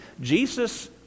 Jesus